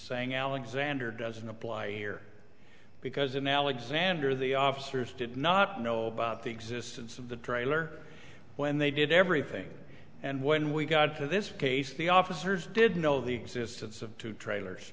saying alexander doesn't apply here because i'm alexander the officers did not know about the existence of the trailer when they did everything and when we got to this case the office didn't know the existence of two trailers